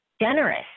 generous